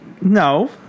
No